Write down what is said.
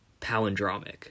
palindromic